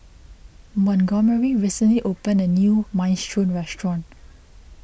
Montgomery recently opened a new Minestrone restaurant